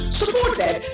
supported